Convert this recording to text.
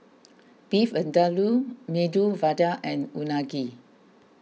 Beef Vindaloo Medu Vada and Unagi